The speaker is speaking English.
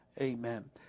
amen